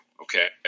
okay